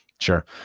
sure